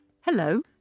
hello